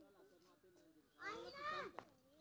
धान में फूफुंदी किया लगे छे?